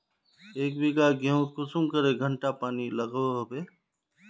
एक बिगहा गेँहूत कुंसम करे घंटा पानी लागोहो होबे?